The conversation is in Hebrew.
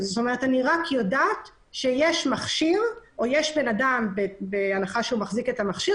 אני רק יודעת שיש אדם שמחזיק את המכשיר